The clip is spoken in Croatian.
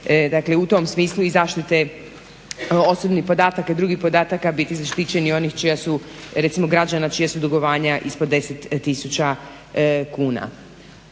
da će u tom smislu i zaštite osobnih podataka i drugih podataka biti zaštićeni oni čija su, recimo građana čija su dugovanja ispod 10000 kuna.